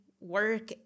work